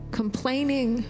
complaining